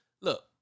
Look